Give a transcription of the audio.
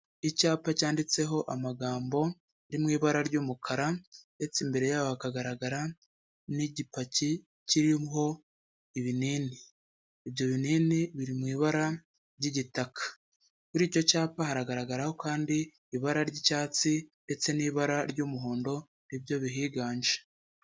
Icyapa cyanditseho amagambo ari mu ibara ry'umukara ndetse imbere yabo hakagaragara n'igipaki kiriho ibinini ibyo binini biri mu ibara ry'igitaka, kuri icyo cyapa haragaragaraho kandi ibara ry'icyatsi ndetse n'ibara ry'umuhondo ni byo bihiganje.